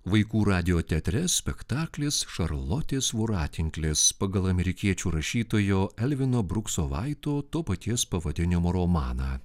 vaikų radijo teatre spektaklis šarlotės voratinklis pagal amerikiečių rašytojo elvino brukso vaito to paties pavadinimo romaną